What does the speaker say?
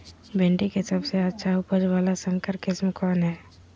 भिंडी के सबसे अच्छा उपज वाला संकर किस्म कौन है?